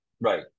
Right